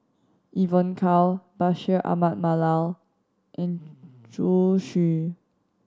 Evon Kow Bashir Ahmad Mallal and Zhu Xu